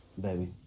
Baby